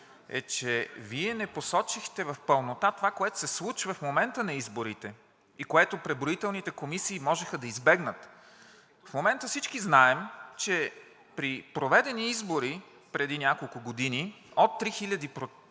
е, че Вие не посочихте в пълнота това, което се случва в момента на изборите и което преброителните комисии можеха да избегнат. В момента всички знаем, че при проведени избори преди няколко години от 3000 протокола